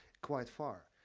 quite far,